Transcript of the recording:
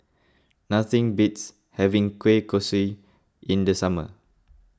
nothing beats having Kueh Kosui in the summer